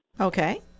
Okay